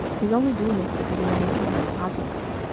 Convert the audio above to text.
he's only doing this because it'll make him more popular.